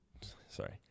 sorry